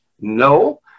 No